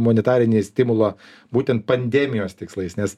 monetarinį stimulą būtent pandemijos tikslais nes